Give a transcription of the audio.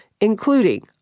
including